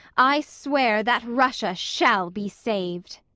i swear that russia shall be saved!